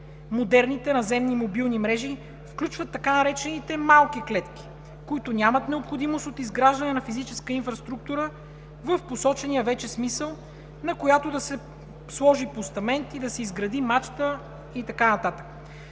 Модерните наземни мобилни мрежи включват така наречените „малки клетки“, които нямат необходимост от изграждане на физическа инфраструктура в посочения вече смисъл, на която да се сложи постамент и да се изгради мачта и така нататък.